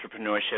entrepreneurship